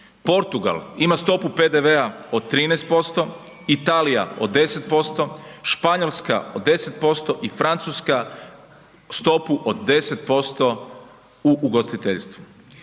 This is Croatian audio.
Portugal, ima stopu PDV-a od 13%, Italija od 10%, Španjolska 10% i Francuska stopu od 10% u ugostiteljstvu.